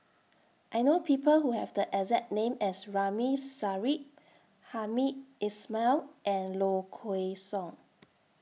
I know People Who Have The exact name as Ramli Sarip Hamed Ismail and Low Kway Song